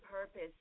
purpose